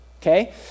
Okay